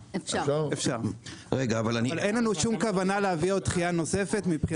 אפשר אבל אין לנו שום כוונה להביא דחייה נוספת.